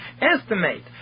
estimate